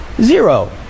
Zero